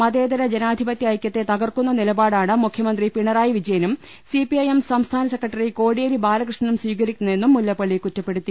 മതേതര ജനാധിപത്യ ഐക്യത്തെ തകർക്കുന്ന നിലപാടാണ് മുഖ്യമന്ത്രി പിണറായി വിജയനും സിപിഐഎം സംസ്ഥാന സെക്രട്ടറി കോടിയേരി ബാലകൃഷ്ണനും സ്വീകരിക്കു ന്നതെന്നും മുല്ലപ്പള്ളി കുറ്റപ്പെടുത്തി